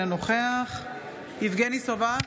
אינו נוכח יבגני סובה,